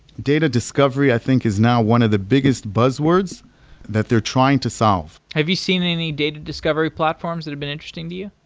data discovery i think is now one of the biggest buzz words that they're trying to solve have you seen any data discovery platforms that have been interesting to you?